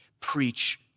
preach